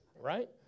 right